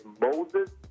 Moses